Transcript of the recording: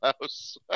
House